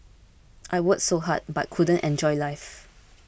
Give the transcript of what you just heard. I worked so hard but couldn't enjoy life